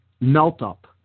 melt-up